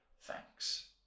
thanks